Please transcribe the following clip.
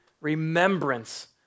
remembrance